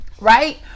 right